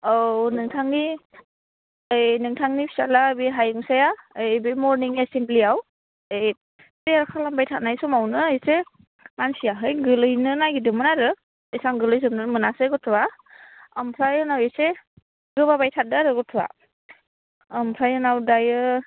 औ नोंथांनि बे नोंथांनि फिसाज्ला हायुंसाया बे मरनिं एसेमब्लियाव ओइ प्रेयार खालामबाय थानाय समावनो एसे मानसिया है गोग्लैनो नागिरदोंमोन आरो एसां गोग्लैजोबनो मोनासै गथ'आ ओमफ्राय एसे गोबाबाय थादो आरो गथ'आ ओमफ्राय उनाव दायो